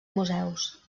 museus